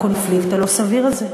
הקונפליקט הלא-סביר הזה,